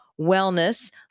Wellness